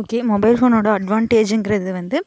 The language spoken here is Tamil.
ஓகே மொபைல் ஃபோனோடய அட்வான்டேஜ்ஜுங்கிறது வந்து